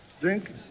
Drink